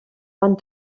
van